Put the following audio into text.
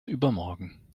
übermorgen